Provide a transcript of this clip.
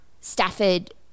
Stafford